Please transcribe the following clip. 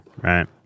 Right